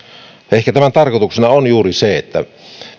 ehkä tämän tarkoituksena on juuri se että